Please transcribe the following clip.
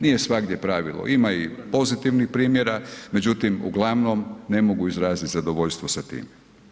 Nije svagdje pravilo, ima i pozitivnih primjera, međutim uglavnom ne mogu izraziti zadovoljstvo sa tim.